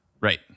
Right